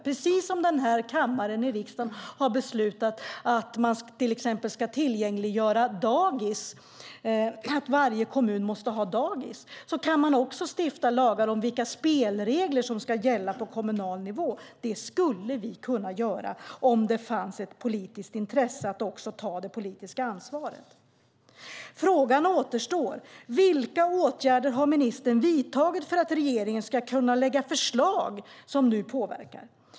Precis som den här kammaren i riksdagen har beslutat att man till exempel ska tillgängliggöra dagis - varje kommun måste ha dagis - kan man stifta lagar om vilka spelregler som ska gälla för kommunal nivå. Det skulle vi kunna göra om det fanns ett politiskt intresse av att också ta det politiska ansvaret. Frågan återstår: Vilka åtgärder har ministern vidtagit för att regeringen ska kunna lägga fram förslag som påverkar?